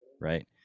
right